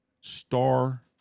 star